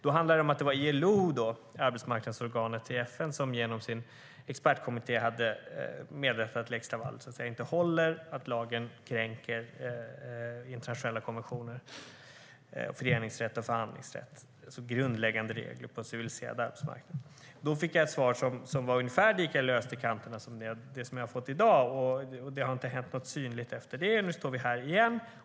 Då hade FN:s arbetsmarknadsorgan ILO genom sin expertkommitté meddelat att lex Laval inte håller och att lagen kränker internationella konventioner om föreningsrätt och förhandlingsrätt, alltså grundläggande regler på en civiliserad arbetsmarknad. Då fick jag ett svar som var ungefär lika löst i kanterna som det jag fått i dag. Det har inte hänt något synligt efter det, och nu står vi här igen.